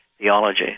theology